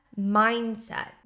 mindset